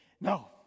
No